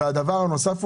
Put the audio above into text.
דבר נוסף,